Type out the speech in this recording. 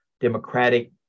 democratic